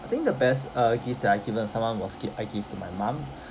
I think the best uh gift that I have given someone was gift I give to my mum